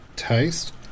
taste